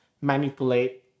manipulate